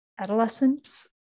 Adolescence